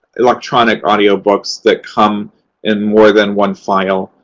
electronic audiobooks that come in more than one file.